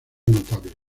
notable